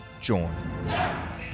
join